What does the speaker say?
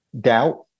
doubt